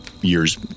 years